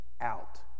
out